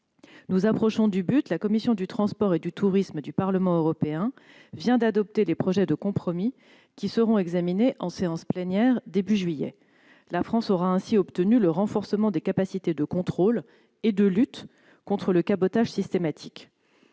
Nous approchons du but : la commission du transport et du tourisme du Parlement européen vient d'adopter les projets de compromis qui seront examinés en séance plénière au début du mois de juillet prochain. La France aura ainsi obtenu le renforcement des capacités de contrôle et de lutte contre le cabotage systématique.